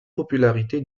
popularité